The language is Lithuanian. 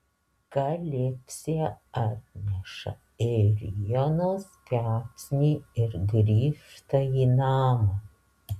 kalipsė atneša ėrienos kepsnį ir grįžta į namą